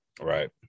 Right